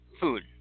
Food